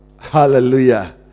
Hallelujah